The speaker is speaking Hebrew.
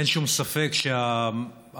אין שום ספק שהאידיאל,